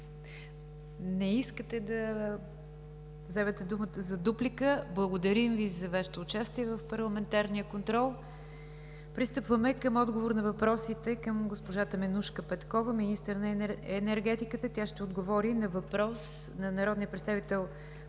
Не искате да вземете думата. Благодарим за участието Ви в парламентарния контрол. Пристъпваме към отговор на въпросите към госпожа Теменужка Петкова – министър на енергетиката. Тя ще отговори на въпрос на народния представител Мартин